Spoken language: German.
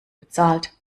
bezahlt